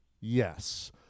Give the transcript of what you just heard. yes